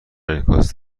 انعکاس